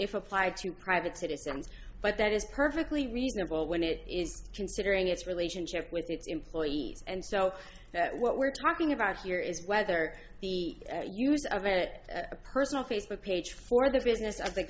if applied to private citizens but that is perfectly reasonable when it is considering its relationship with its employees and so what we're talking about here is whether the use of it a personal facebook page for the business of the